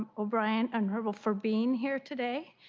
o'brien and her bolt for being here today.